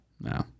No